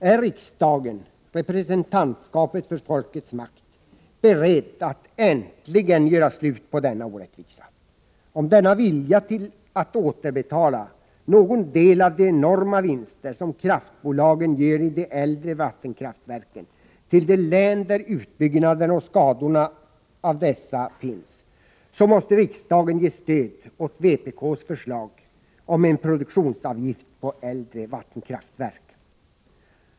Är riksdagen, representantskapet för folkets makt, beredd att äntligen göra slut på denna orättvisa? Om denna vilja att återbetala någon del av de enorma vinster som kraftbolagen gör i de äldre vattenkraftverken till de län där utbyggnaderna och skadorna av dessa finns, måste riksdagen ge sitt stöd åt vpk:s förslag om en produktionsavgift på äldre vattenkraftverk.